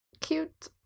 cute